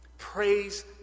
Praise